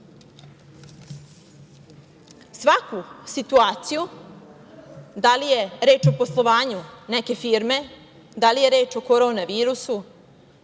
Svaku situaciju, da li je reč o poslovanju neke firme, da li je reč o korona virusu,